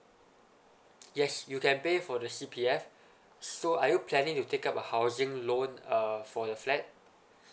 yes you can pay for the C_P_F so are you planning to take up a housing loan uh for the flat